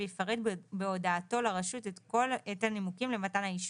ויפרט בהודעתו לרשות את הנימוקים למתן האישור.